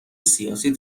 سیاسی